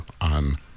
on